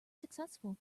successful